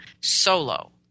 solo